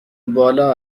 بالا